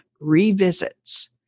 revisits